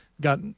got